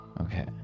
Okay